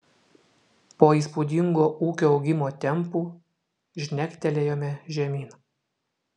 po įspūdingo ūkio augimo tempų žnektelėjome žemyn